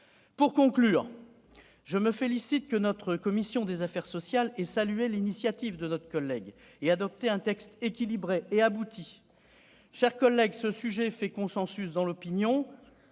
Pour conclure, je me félicite de ce que notre commission des affaires sociales ait salué l'initiative de notre collègue et adopté un texte équilibré et abouti. Mes chers collègues, ce sujet fait consensus dans l'opinion